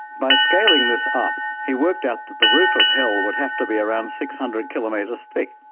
by scaling this up, he worked out that the roof of hell would have to be around six hundred kilometers thick.